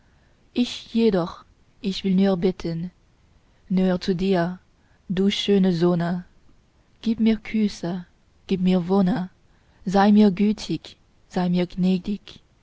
ich jedoch ich will nur beten nur zu dir du schöne sonne gib mir küsse gib mir wonne sei mir gütig sei mir gnädig